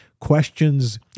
Questions